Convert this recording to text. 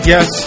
Yes